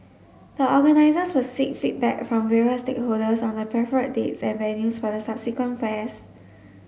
the organisers will seek feedback from various stakeholders on the preferred dates and venues for the subsequent fairs